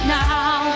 now